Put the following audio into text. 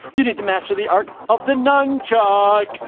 you need to master the art of the nun chuck.